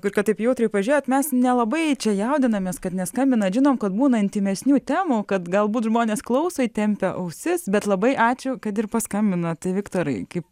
kad taip jautriai pažiūrėjot mes nelabai čia jaudinamės kad neskambina žinom kad būna intymesnių temų kad galbūt žmonės klauso įtempę ausis bet labai ačiū kad ir paskambinot viktorai kaip